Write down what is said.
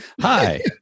hi